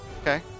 Okay